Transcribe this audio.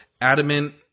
Adamant